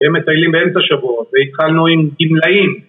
הם מטיילים באמצע שבועות והתחלנו עם גמלאים